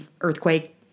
earthquake